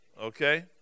Okay